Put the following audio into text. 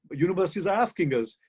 universities asking us,